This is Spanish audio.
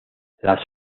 las